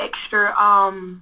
extra